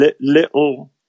Little